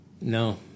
No